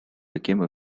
became